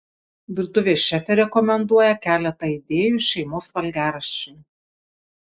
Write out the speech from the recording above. virtuvės šefė rekomenduoja keletą idėjų šeimos valgiaraščiui